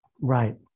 right